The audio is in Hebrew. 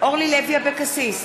אורלי לוי אבקסיס,